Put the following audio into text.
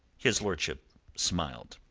his lordship smiled.